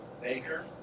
baker